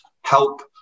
help